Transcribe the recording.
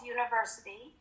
University